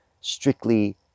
strictly